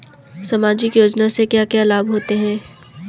सामाजिक योजना से क्या क्या लाभ होते हैं?